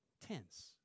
tense